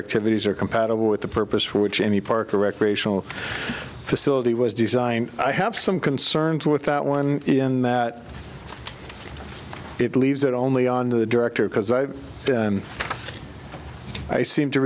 activities are compatible with the purpose for which any park or recreational facility was designed i have some concerns with that one in that it leaves it only on the director because i i seem to